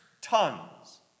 tons